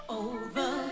over